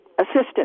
assistance